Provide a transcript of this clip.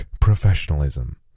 professionalism